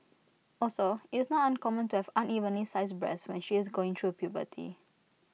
also IT is not uncommon to have unevenly sized breasts when she is going through puberty